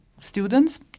students